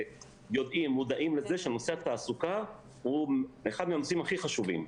מודעים לזה שנושא התעסוקה הוא אחד מהנושאים הכי חשובים,